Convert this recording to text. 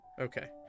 Okay